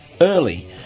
early